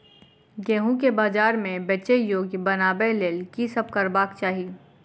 गेंहूँ केँ बजार मे बेचै योग्य बनाबय लेल की सब करबाक चाहि?